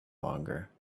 longer